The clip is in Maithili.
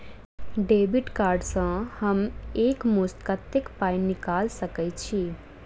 डेबिट कार्ड सँ हम एक मुस्त कत्तेक पाई निकाल सकय छी?